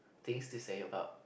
things to say about